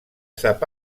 sap